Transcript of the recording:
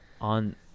on